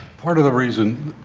part of the reason,